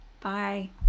Bye